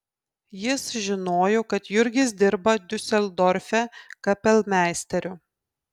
jis žinojo kad jurgis dirba diuseldorfe kapelmeisteriu